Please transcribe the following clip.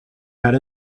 had